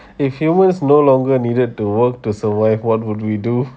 if humans no longer needed to work to survive what would we do